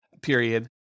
period